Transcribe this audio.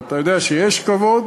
ואתה יודע שיש כבוד,